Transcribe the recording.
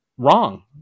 Wrong